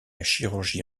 chirurgie